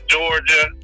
Georgia